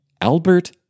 Albert